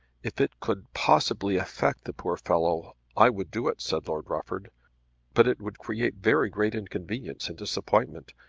if it could possibly affect the poor fellow i would do it, said lord rufford but it would create very great inconvenience and disappointment.